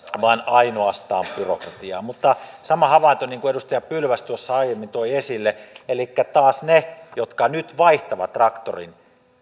vaan ainoastaan byrokratiaa mutta sama havainto niin kuin edustaja pylväs tuossa aiemmin toi esille elikkä taas he jotka nyt vaihtavat traktorin